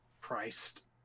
Christ